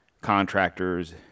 contractors